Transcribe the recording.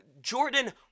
Jordan